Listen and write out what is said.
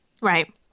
Right